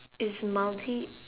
is maldives